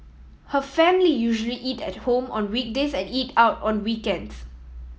her family usually eat at home on weekdays and eat out on weekends